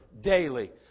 daily